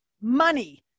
money